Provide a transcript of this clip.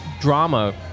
drama